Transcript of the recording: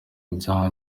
bya